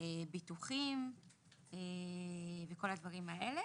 הביטוחים וכל הדברים האלה.